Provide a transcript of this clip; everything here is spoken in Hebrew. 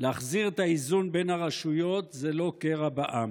להחזיר את האיזון בין הרשויות זה לא קרע בעם,